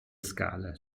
scale